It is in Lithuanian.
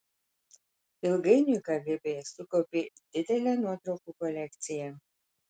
ilgainiui kgb sukaupė didelę nuotraukų kolekciją